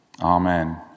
Amen